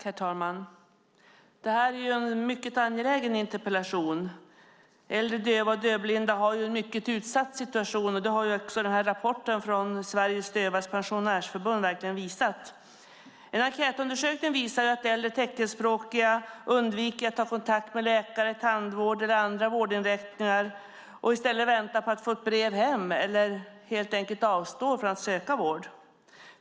Herr talman! Det här är en mycket angelägen interpellation. Äldre döva och dövblinda har en mycket utsatt situation. Det har också rapporten från Sveriges Dövas Pensionärsförbund visat. En enkätundersökning visar att äldre teckenspråkiga undviker att ta kontakt med läkare, tandvård eller andra vårdinrättningar och i stället väntar på att få ett brev hem eller helt enkelt avstår från att söka vård.